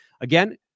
again